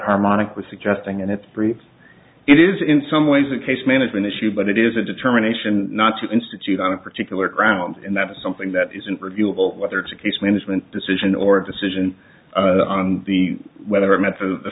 harmonic was suggesting and it creates it is in some ways a case management issue but it is a determination not to institute on a particular grounds and that is something that isn't reviewable whether it's a case management decision or a decision on the whether met th